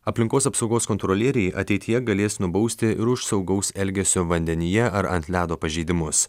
aplinkos apsaugos kontrolieriai ateityje galės nubausti ir už saugaus elgesio vandenyje ar ant ledo pažeidimus